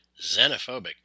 xenophobic